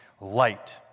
light